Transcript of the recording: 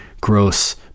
gross